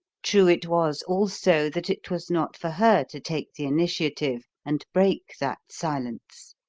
true it was also that it was not for her to take the initiative and break that silence